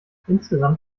insgesamt